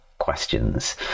questions